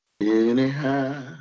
Anyhow